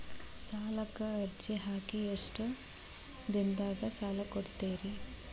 ಸಾಲಕ ಅರ್ಜಿ ಹಾಕಿ ಎಷ್ಟು ದಿನದಾಗ ಸಾಲ ಕೊಡ್ತೇರಿ?